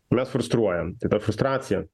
mes frustruojam tai ta frustracija